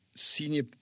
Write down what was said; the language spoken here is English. Senior